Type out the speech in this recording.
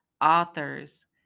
authors